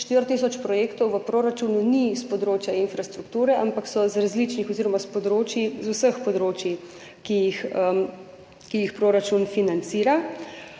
4 tisoč projektov v proračunu ni s področja infrastrukture, ampak so z različnih oziroma z vseh področij, ki jih proračun financira.